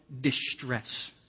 distress